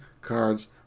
cards